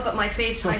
but my face, like